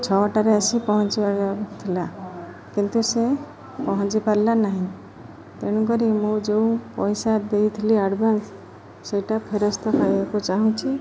ଛଅଟାରେ ଆସି ପହଞ୍ଚିବାର ଥିଲା କିନ୍ତୁ ସେ ପହଞ୍ଚି ପାରିଲା ନାହିଁ ତେଣୁକରି ମୁଁ ଯୋଉଁ ପଇସା ଦେଇଥିଲି ଆଡ଼ଭାନ୍ସ ସେଇଟା ଫେରସ୍ତ ପାଇବାକୁ ଚାହୁଁଛି